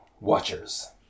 Watchers